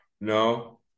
No